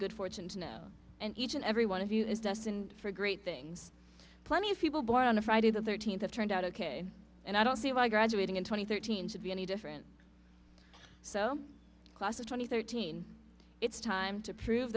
good fortune to know and each and every one of you is destined for great things plenty of people born on a friday the thirteenth have turned out ok and i don't see why graduating in twenty thirteen should be any different so class of twenty thirteen it's time to prove